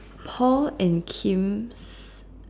Paul and Kim's